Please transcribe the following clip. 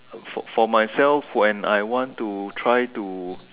for for myself when I want to try to